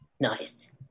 Nice